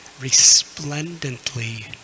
resplendently